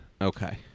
Okay